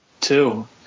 Two